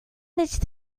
managed